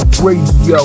Radio